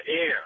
air